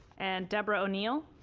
and deborah o'neal.